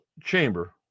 chamber